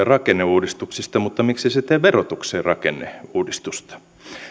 rakenneuudistuksista mutta miksi se ei tee verotukseen rakenneuudistusta